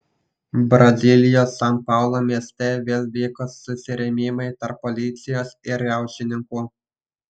brazilijos san paulo mieste vėl vyko susirėmimai tarp policijos ir riaušininkų